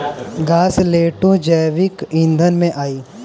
घासलेटो जैविक ईंधन में आई